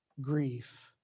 grief